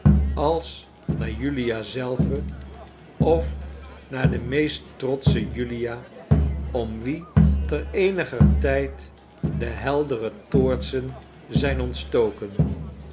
als naar julia zelve of naar de meest trotsche julia om wie ter eeniger tijd de heldere toortsen zijn ontstoken